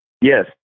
Yes